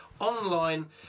online